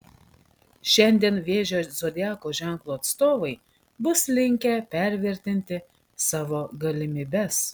šiandien vėžio zodiako ženklo atstovai bus linkę pervertinti savo galimybes